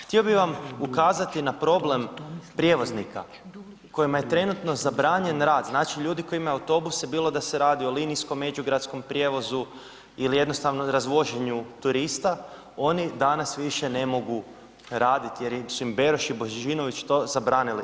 Htio bih vam ukazati na problem prijevoznika kojima je trenutno zabranjen rad, znači ljudi koji imaju autobuse, bilo da se radi o linijskom, međugradskom prijevozu ili jednostavno razvoženju turista, oni danas više ne mogu raditi jer su im Beroš i Božinović to zabranili.